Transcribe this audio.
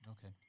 Okay